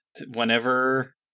Whenever